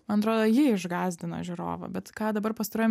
man atrodo ji išgąsdino žiūrovą bet ką dabar pastaruoju